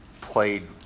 played